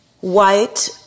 white